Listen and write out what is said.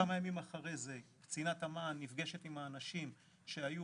כמה ימים אחרי זה קצינת המע"ן נפגשת עם האנשים שהיו